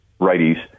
righties